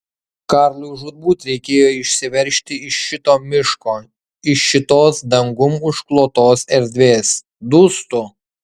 karlui žūtbūt reikėjo išsiveržti iš šito miško iš šitos dangum užklotos erdvės dūstu